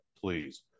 please